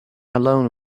alone